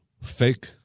fake